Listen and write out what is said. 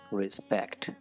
respect